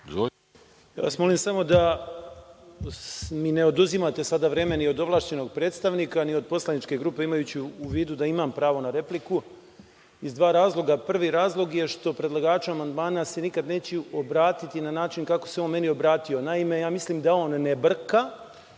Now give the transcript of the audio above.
Ja vas molim samo da mi ne oduzimate samo vreme ni od ovlašćenog predstavnika, ni od poslaničke grupe, imajući u vidu da imam pravo na repliku, iz dva razloga. Prvi razlog je što predlagaču amandmana se nikad neću obratiti na način kako se on meni obratio. Naime, ja mislim da on ne brka,